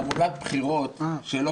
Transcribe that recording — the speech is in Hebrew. מחקר רחב היקף שעסק בתעמולה דיגיטלית ובבחירות.